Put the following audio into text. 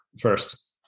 first